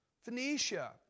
Phoenicia